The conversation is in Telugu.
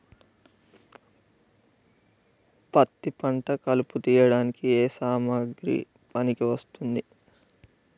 పత్తి పంట కలుపు తీయడానికి ఏ సామాగ్రి పనికి వస్తుంది?